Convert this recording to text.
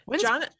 John